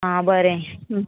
आं बरें